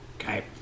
Okay